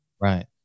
Right